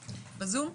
בבקשה.